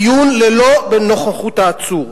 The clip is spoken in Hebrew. דיון ללא נוכחות העצור.